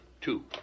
Two